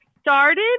started